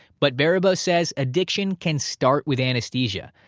but baribeault said addiction can start with anesthesia,